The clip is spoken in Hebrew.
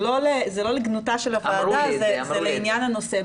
זה לא לגנותה של הוועדה, זה לעניין הנושא.